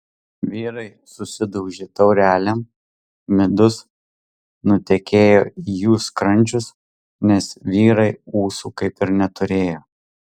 vyrai susidaužė taurelėm midus nutekėjo į jų skrandžius nes vyrai ūsų kaip ir neturėjo